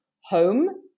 home